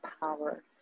power